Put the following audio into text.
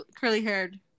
curly-haired